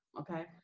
Okay